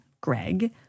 Greg